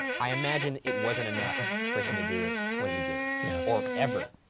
i imagine it wasn't enough for him to do it when he did it. yeah. or ever.